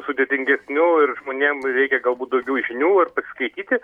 sudėtingesnių ir žmonėm reikia galbūt daugiau žinių ar pasiskaityti